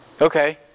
Okay